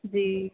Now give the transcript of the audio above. जी